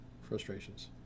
frustrations